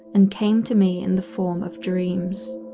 and came to me in the form of dreams.